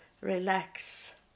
relax